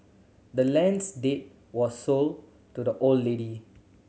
the land's deed was sold to the old lady